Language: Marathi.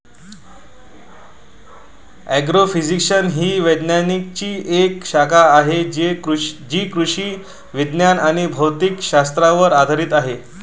ॲग्रोफिजिक्स ही विज्ञानाची एक शाखा आहे जी कृषी विज्ञान आणि भौतिक शास्त्रावर आधारित आहे